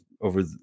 over